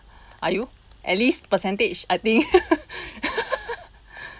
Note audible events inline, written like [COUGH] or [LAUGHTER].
are you at least percentage I think [LAUGHS]